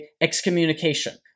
excommunication